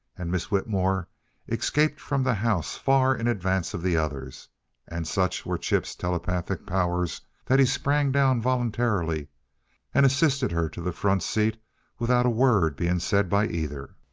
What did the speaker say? and miss whitmore escaped from the house far in advance of the others and such were chip's telepathic powers that he sprang down voluntarily and assisted her to the front seat without a word being said by either.